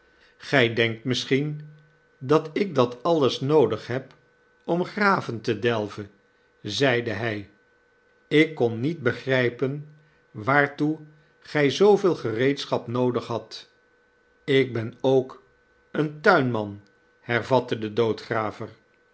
gij denkt misschien dat ik dat alles noodig heb om graven te delven zeide hij ik kon niet begrijpen waartoe gij zooveel gereedschap noodig hadt ik ben ook een tuinman hervattede doodgraver